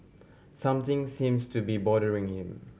something seems to be bothering him